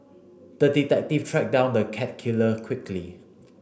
the detective tracked down the cat killer quickly